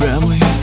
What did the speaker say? Family